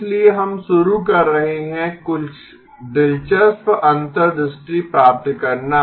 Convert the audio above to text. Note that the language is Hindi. इसलिए हम शुरू कर रहे हैं कुछ दिलचस्प अंतर्दृष्टि प्राप्त करना